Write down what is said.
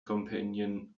companion